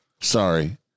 sorry